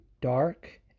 dark